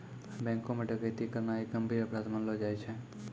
बैंको म डकैती करना एक गंभीर अपराध मानलो जाय छै